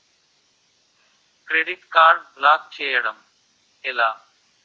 Credit card block చేయడం ఎలా?